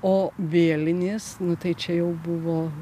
o vėlinės nu tai čia jau buvo